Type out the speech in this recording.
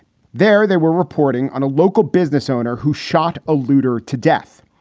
there there were reporting on a local business owner who shot a looter to death.